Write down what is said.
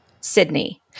Sydney